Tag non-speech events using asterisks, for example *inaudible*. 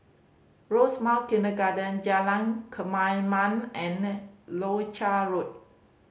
Rosemount Kindergarten Jalan Kemaman and *unintelligible* Leuchar Road